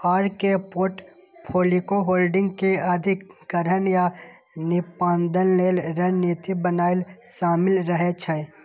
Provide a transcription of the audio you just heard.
अय मे portfolio holding के अधिग्रहण आ निष्पादन लेल रणनीति बनाएब शामिल रहे छै